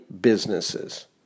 businesses